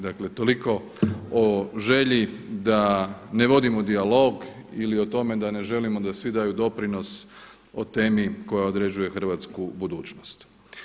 Dakle toliko o želji da ne vodimo dijalog ili o tome da ne želimo da svi daju doprinos o temi koja određuje hrvatsku budućnost.